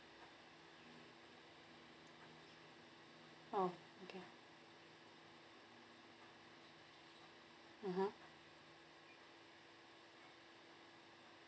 oh okay mmhmm